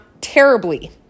terribly